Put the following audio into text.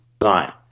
design